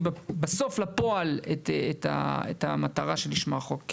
בסוף לפועל את המטרה שלשמה החוק חוקק.